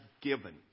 given